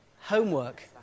homework